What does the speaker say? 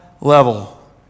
level